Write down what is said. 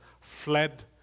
fled